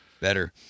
Better